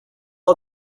new